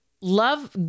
love